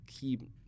keep